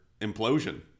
implosion